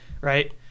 right